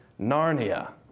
Narnia